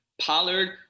Pollard